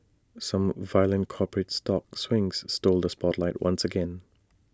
some violent corporate stock swings stole the spotlight once again